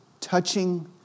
touching